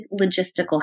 logistical